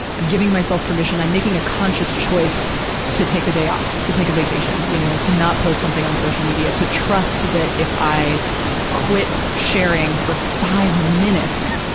i'm giving myself permission. i'm making a conscious choice to take the day off, to take a vacation, you know? to not post something on social media. to trust that if i quit sharing for five minutes,